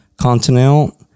Continental